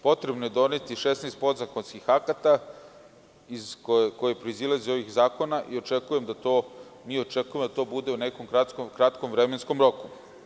Potrebno je doneti 16 podzakonskih akata koji proizilaze iz ovih zakona i očekujemo da to bude u nekom kratkom vremenskom roku.